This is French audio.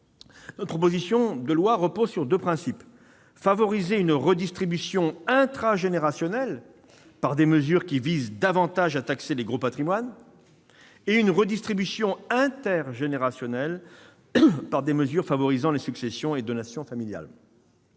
Cette dernière repose sur deux principes : favoriser une redistribution intragénérationnelle, par des mesures visant à taxer davantage les gros patrimoines, et une redistribution intergénérationnelle, par des mesures favorisant les successions et donations familiales.